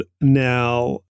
now